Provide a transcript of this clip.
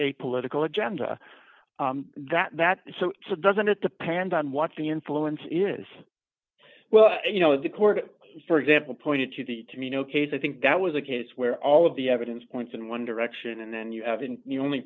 a political agenda that's so doesn't it depend on what the influence is well you know the court for example pointed to the tamino case i think that was a case where all of the evidence points in one direction and then you have in the only